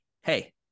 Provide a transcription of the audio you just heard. hey